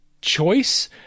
choice